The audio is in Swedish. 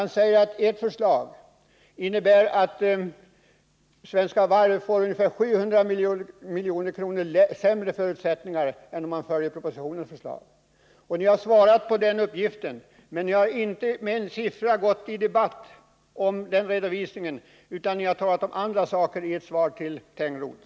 Han skriver att ert förslag innebär att Svenska Varv får ungefär 700 milj.kr. sämre förutsättningar än om man följer propositionens förslag. Ni har bemött den uppgiften i ett svarsbrev, men ni har inte med en siffra gått i debatt om redovisningen, utan ni talar om andra saker i ert svar till Tengroth.